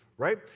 right